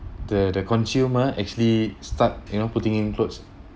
the the consumer actually start you know putting in clothes